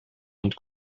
und